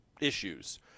issues